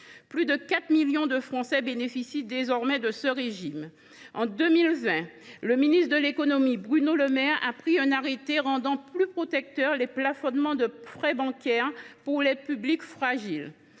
plus de 4 millions de Français bénéficient désormais de ce régime. En 2020, le ministre de l’économie, Bruno Le Maire, a pris un arrêté rendant plus protecteurs les plafonnements de frais bancaires pour les publics fragiles.